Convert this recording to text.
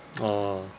orh